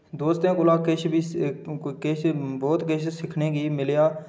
दोस्तें कोला किश बी किश बहुत किश सिक्खने गी मिलेआ